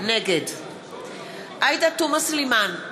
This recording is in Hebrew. נגד עאידה תומא סלימאן,